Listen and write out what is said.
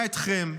אתכם,